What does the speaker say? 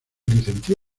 licenció